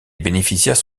bénéficiaires